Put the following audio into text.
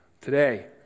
Today